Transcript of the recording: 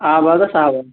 آبادس آباد